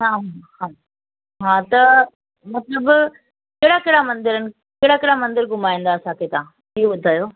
हा हा हा त मतिलबु कहिड़ा कहिड़ा मंदिर आहिनि कहिड़ा कहिड़ा मंदिर घुमाईंदा असांखे तव्हां इहो ॿुधायो